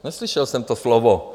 Neslyšel jsem to slovo.